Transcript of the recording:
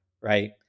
Right